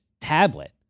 tablet